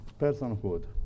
personhood